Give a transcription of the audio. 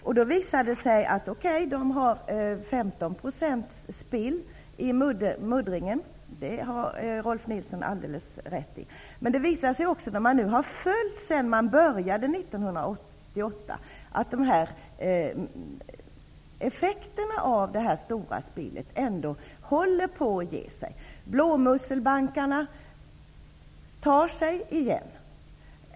Det har visat sig att det finns 15 % spill i muddringen. Det har Rolf Nilson alldeles rätt i. Det visar sig också att effekterna av det stora spillet sedan bygget påbörjades 1988 ändå håller på att avta. Blåmusselbankerna tar sig.